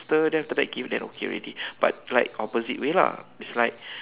sugar then after that give then okay already but like opposite way lah it's like